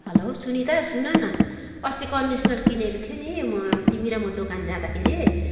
hello Sunita सुन न अस्ति कन्डिसनर किनेको थियो नि म तिमी र म दोकान जाँदाखेरि